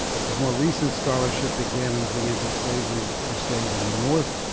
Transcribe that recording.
his more recent scholarship examines the antislavery crusade in the north,